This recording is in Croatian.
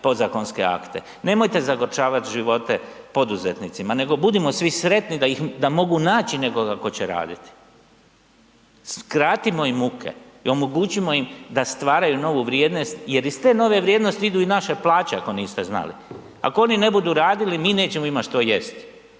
podzakonske akte, nemojte zagorčavat živote poduzetnicima nego budimo svi sretni da mogu naći nekoga tko će raditi. skratimo im muke i omogućimo im da stvaraju novu vrijednost jer iz te nove vrijednosti idu i naše plaće, ako niste znali, ako oni ne budu radili mi nećemo imat što jest,